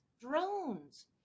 drones